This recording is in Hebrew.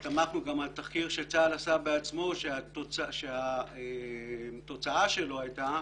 הסתמכנו גם על תחקיר שצה"ל עשה בעצמו שהתוצאה שלו הייתה